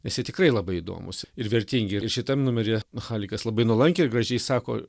nes jie tikrai labai įdomūs ir vertingi ir šitam numeryje halikas labai nuolankiai ir gražiai sako